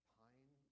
pine